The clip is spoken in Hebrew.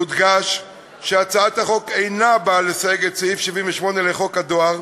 יודגש שהצעת החוק אינה באה לסייג את סעיף 78 לחוק הדואר,